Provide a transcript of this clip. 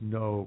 no